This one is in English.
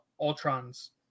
ultron's